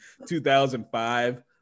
2005